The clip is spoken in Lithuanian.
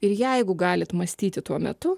ir jeigu galit mąstyti tuo metu